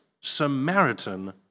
Samaritan